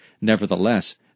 Nevertheless